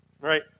right